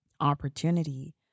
opportunity